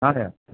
हय हय